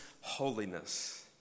holiness